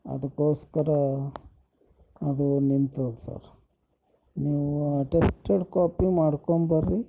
ಅದಕ್ಕೋಸ್ಕರ ಅದು ನಿಂತೋಯ್ತು ಸರ್ ನೀವು ಅಟೆಸ್ಟೆಡ್ ಕಾಪಿ ಮಾಡ್ಕೊಂಬರ್ರಿ